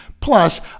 plus